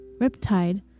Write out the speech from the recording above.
Riptide